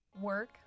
Work